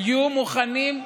היו מוכנים,